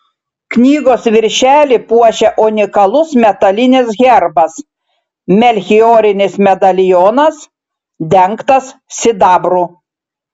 knygos viršelį puošia unikalus metalinis herbas melchiorinis medalionas dengtas sidabru